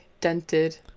dented